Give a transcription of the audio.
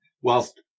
Whilst